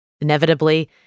Inevitably